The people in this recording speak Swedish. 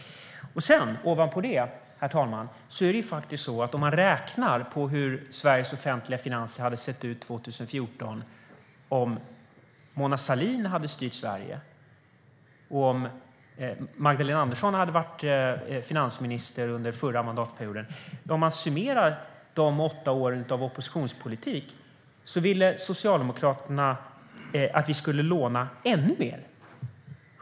Ovanpå detta, herr talman, om vi räknar på hur Sveriges offentliga finanser hade sett ut 2014 om Mona Sahlin hade styrt Sverige och om Magdalena Andersson hade varit finansminister under förra mandatperioden, om vi summerar de åtta åren av oppositionspolitik, ville Socialdemokraterna att vi skulle låna ännu mer.